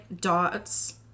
dots